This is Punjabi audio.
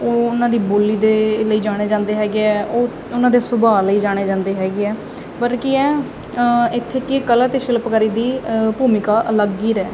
ਉਹ ਉਹਨਾਂ ਦੀ ਬੋਲੀ ਦੇ ਲਈ ਜਾਣੇ ਜਾਂਦੇ ਹੈਗੇ ਆ ਉਹ ਉਹਨਾਂ ਦੇ ਸੁਭਾਅ ਲਈ ਜਾਣੇ ਜਾਂਦੇ ਹੈਗੇ ਆ ਪਰ ਕੀ ਹੈ ਇੱਥੇ ਕੀ ਕਲਾ ਅਤੇ ਸ਼ਿਲਪਕਾਰੀ ਦੀ ਭੂਮਿਕਾ ਅਲੱਗ ਹੀ ਹੈ